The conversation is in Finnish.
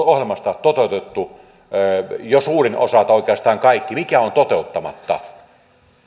ohjelmasta toteutettu jo suurin osa tai oikeastaan kaikki mikä on toteuttamatta